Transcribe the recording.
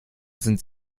sind